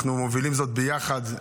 אנחנו מובילים ביחד.